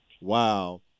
Wow